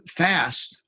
fast